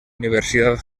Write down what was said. universidad